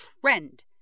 trend